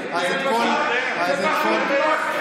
זה פשוט לא נכון,